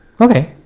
Okay